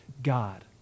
god